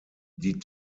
die